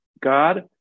God